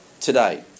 today